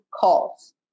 calls